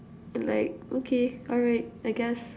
like okay alright I guess